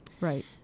Right